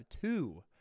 two